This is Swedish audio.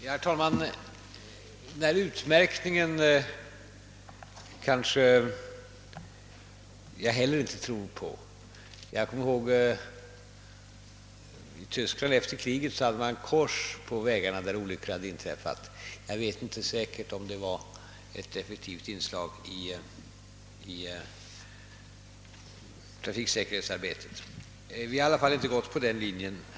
Herr talman! Den där utmärkningen med skyltar tror jag kanske inte heller på. I Tyskland hade man efter kriget satt upp kors på vägarna där olyckor hade inträffat. Jag vet inte säkert om det var något effektivt inslag i trafiksäkerhetsarbetet. Vi har i varje fall inte gått på den linjen.